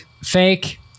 fake